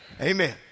Amen